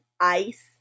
ice